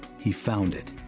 he found it,